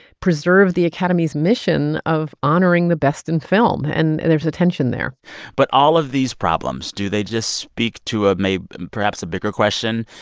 preserve the academy's mission of honoring the best in film. and there's a tension there but all of these problems, do they just speak to ah a perhaps a bigger question,